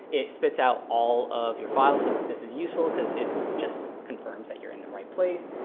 it spits out all of your files. so this is useful because it just confirms that you're in the right place.